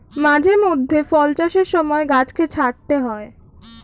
মাঝে মধ্যে ফল চাষের সময় গাছকে ছাঁটতে হয়